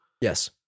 Yes